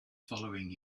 following